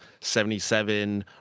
77